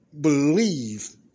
Believe